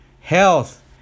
health